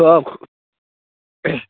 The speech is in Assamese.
কওক